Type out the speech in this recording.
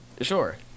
Sure